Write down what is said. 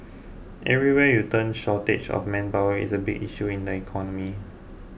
everywhere you turn shortage of manpower is a big issue in the economy